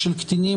קטינים.